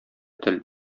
тел